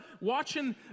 watching